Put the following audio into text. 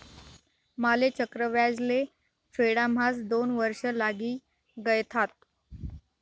माले चक्रव्याज ले फेडाम्हास दोन वर्ष लागी गयथात